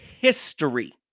history